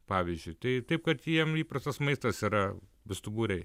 pavyzdžiui tai taip kad jiem įprastas maistas yra bestuburiai